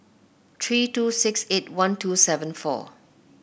three two six eight one two seven four